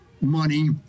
money